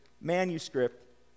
manuscript